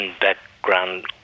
background